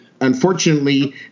unfortunately